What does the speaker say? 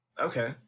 okay